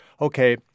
okay